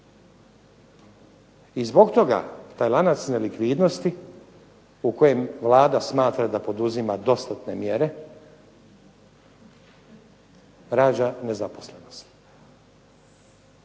I zbog toga taj lanac nelikvidnosti u kojem Vlada smatra da poduzima dostatne mjere rađa nezaposlenost.